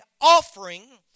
offering